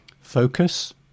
focus